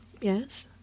yes